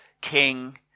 King